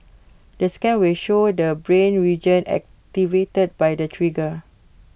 the scan will show the brain region activated by the trigger